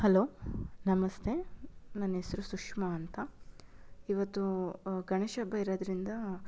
hello ನಮಸ್ತೆ ನನ್ನ ಹೆಸರು ಸುಷ್ಮಾ ಅಂತ ಇವತ್ತು ಗಣೇಶ ಹಬ್ಬ ಇರೋದ್ರಿಂದ